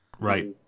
Right